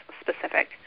specific